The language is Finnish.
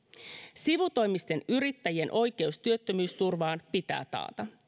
sivutoimisten yrittäjien oikeus työttömyysturvaan pitää taata